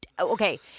Okay